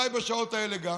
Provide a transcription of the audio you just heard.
אולי גם בשעות האלה,